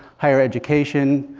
higher education,